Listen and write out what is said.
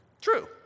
True